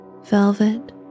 Velvet